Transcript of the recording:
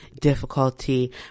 difficulty